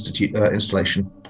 installation